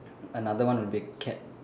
another one will be cat